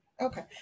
Okay